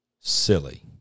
silly